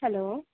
hello